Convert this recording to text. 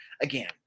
again